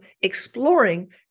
exploring